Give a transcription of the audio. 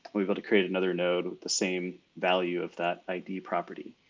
we've got to create another node with the same value of that id property.